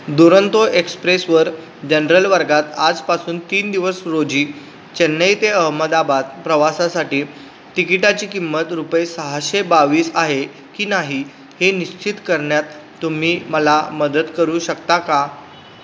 दुरंतो एक्सप्रेसवर जनरल वर्गात आजपासून तीन दिवस रोजी चेन्नई ते अहमदाबाद प्रवासासाठी तिकिटाची किंमत रुपये सहाशे बावीस आहे की नाही हे निश्चित करण्यात तुम्ही मला मदत करू शकता का